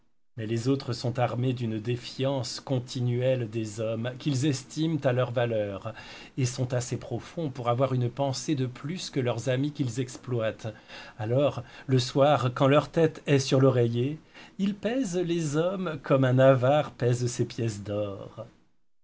mais les autres sont armés d'une défiance continuelle des hommes qu'ils estiment à leur valeur et sont assez profonds pour avoir une pensée de plus que leurs amis qu'ils exploitent alors le soir quand leur tête est sur l'oreiller ils pèsent les hommes comme un avare pèse ses pièces d'or